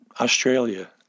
Australia